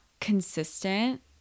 consistent